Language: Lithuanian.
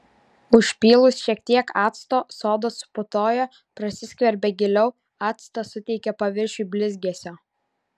užpylus šiek tiek acto soda suputoja prasiskverbia giliau actas suteikia paviršiui blizgesio